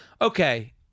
okay